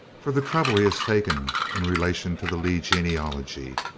for the trouble he has taken in relation to the lee genealogy.